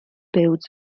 builds